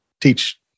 teach